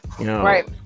Right